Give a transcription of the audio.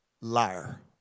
liar